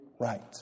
right